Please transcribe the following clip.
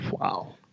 wow